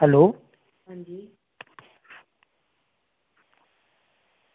अंजी